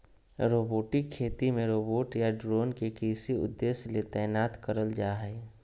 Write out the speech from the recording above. robotic खेती मे robot या ड्रोन के कृषि उद्देश्य ले तैनात करल जा हई